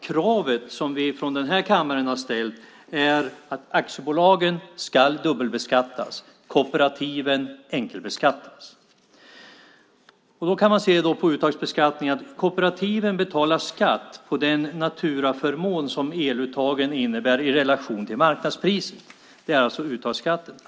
Kraven som vi från denna kammare ställt är att aktiebolagen ska dubbelbeskattas och kooperativen enkelbeskattas. Kooperativen betalar skatt på den naturaförmån som eluttagen innebär i relation till marknadspriset. Det är alltså uttagsskatten.